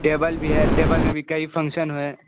table بھی ہے table میں بھی کئی فنکشن ہیں